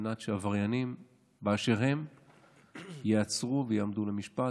מנת שעבריינים באשר הם ייעצרו ויעמדו למשפט,